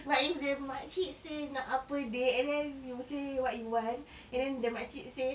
but if the makcik say nak apa dik and then you say what you want and then the makcik say